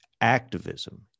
activism